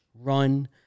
run